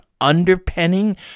underpinning